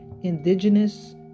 indigenous